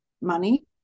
money